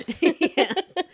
Yes